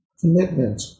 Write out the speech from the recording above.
commitment